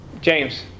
James